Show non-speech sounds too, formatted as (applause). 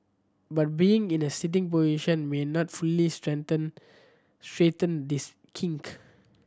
but being in a sitting position may not fully (unintelligible) straighten this kink